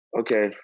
okay